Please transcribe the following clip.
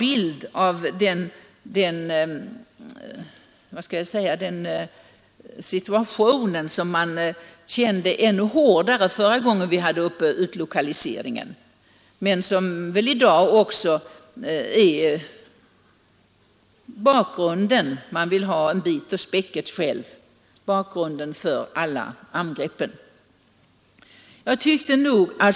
Den situationen kändes ännu starkare förra gången vi diskuterade utlokaliseringen. Men också i dag är bakgrunden för angreppen att man vill ha en bit med av späcket.